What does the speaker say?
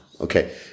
Okay